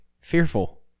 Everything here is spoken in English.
fearful